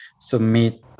submit